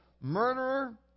murderer